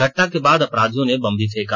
घटना के बाद अपराधियों ने बम भी फेंका